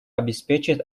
обеспечить